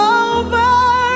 over